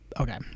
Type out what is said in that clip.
Okay